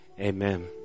Amen